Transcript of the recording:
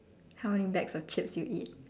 how many bags of chips you eat